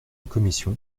commission